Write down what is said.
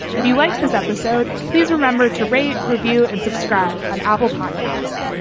if you liked this episode, please remember to rate review and subscribe an apple podcast.